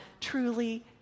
truly